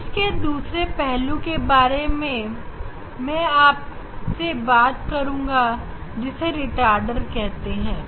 इस के दूसरा पहलू के बारे में मैं आपसे बात करुंगा जिसे रिटार्डर कहते हैं